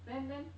then then